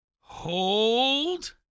hold